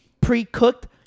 pre-cooked